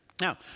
Now